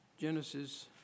Genesis